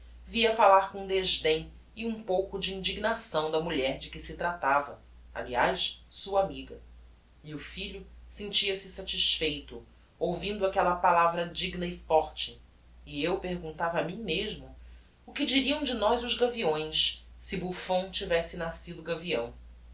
vi-a fallar com desdem e um pouco de indignação da mulher de que se tratava aliás sua amiga e o filho sentia-se satisfeito ouvindo aquella palavra digna e forte e eu perguntava a mim mesmo o que diriam de nós os gaviões se buffon tivesse nascido gavião